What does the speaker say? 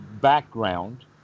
background